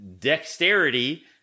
dexterity